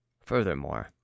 Furthermore